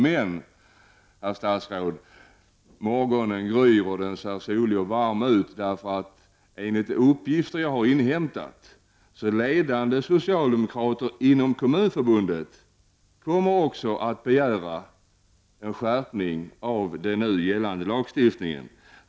Men, herr talman, morgonen gryr och den ser solig och varm ut. Enligt uppgifter som jag har inhämtat kommer nämligen även ledande socialdemokrater inom Kommunförbundet att begära en skärpning av gällande lagstiftning.